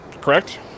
Correct